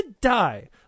die